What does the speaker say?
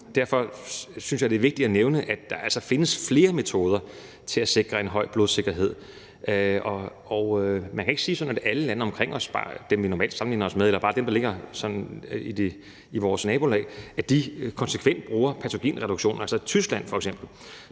derfor synes jeg, det er vigtigt at nævne, at der altså findes flere metoder til at sikre en høj blodsikkerhed, og man kan ikke sige det sådan, at alle landene omkring os, dem, vi normalt sammenligner os med, eller bare dem, der ligger sådan i vores nabolag, konsekvent bruger patogenreduktion. I Tyskland bruges